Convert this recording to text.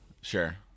Sure